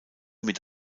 mit